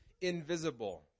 invisible